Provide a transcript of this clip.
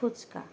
fuchka